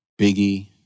Biggie